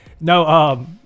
no